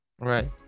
right